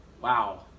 Wow